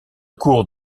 cours